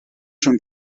schon